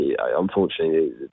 unfortunately